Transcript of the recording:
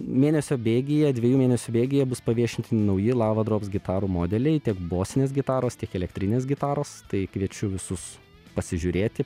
mėnesio bėgyje dviejų mėnesių bėgyje bus paviešinti nauji lava drops gitarų modeliai tiek bosinės gitaros tiek elektrinės gitaros tai kviečiu visus pasižiūrėti